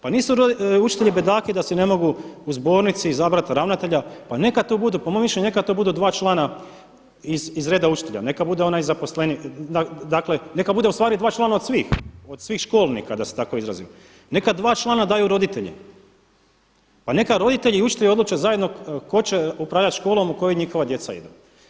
Pa nisu učitelji bedaki da si ne mogu u zbornici izabrati ravnatelja pa neka to bude, po mom mišljenju neka to budu dva člana iz redova učitelja, neka bude onaj zaposlenik, neka budu ustvari dva člana od svih školnika da se tako izrazim, neka dva člana daju roditelji, pa neka roditelji i učitelji odluče zajedno tko će upravljati školom u koju njihova djeca idu.